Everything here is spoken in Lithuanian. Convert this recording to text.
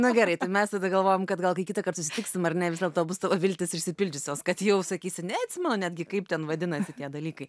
na gerai tai mes tada galvojom kad gal kai kitąkart susitiksim ar ne vis dėlto bus tavo viltys išsipildžiusios kad jau sakysi neatsimenu netgi kaip ten vadinasi tie dalykai